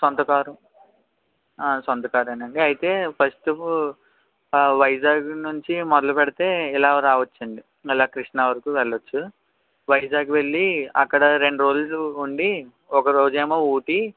సొంత కారు సొంత కార్ ఏనా అండి అయితే ఫస్టు ఆ వైజాగ్ నుంచి మొదలు పెడితే ఇలా రావచ్చండి మెల్లగా కృష్ణ వరకు వెళ్ళొచ్చు వైజాగ్ వెళ్ళి అక్కడ రెండు రోజులు ఉండి ఒక రోజేమో ఊటీ